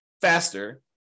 faster